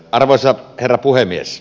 arvoisa herra puhemies